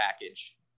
package